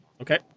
Okay